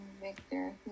Victor